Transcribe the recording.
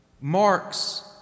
Mark's